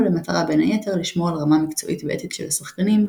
למטרה בין היתר לשמור על רמה מקצועית ואתית של השחקנים,